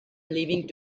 leaving